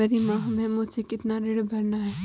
जनवरी माह में मुझे कितना ऋण भरना है?